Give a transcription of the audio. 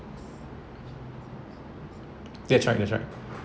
that's right that's right